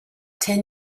ten